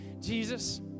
Jesus